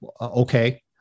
okay